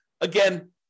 Again